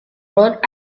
rode